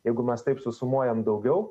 jeigu mes taip susumuojam daugiau